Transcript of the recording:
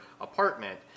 apartment